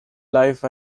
life